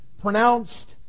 pronounced